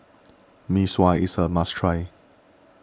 Mee Sua is a must try